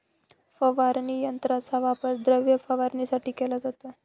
फवारणी यंत्राचा वापर द्रव फवारणीसाठी केला जातो